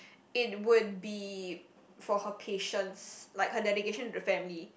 it would be for her patience like her dedication to the family